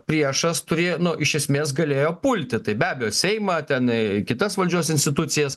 priešas turėjo nu iš esmės galėjo pulti tai be abejo seimą ten į kitas valdžios institucijas